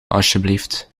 alsjeblieft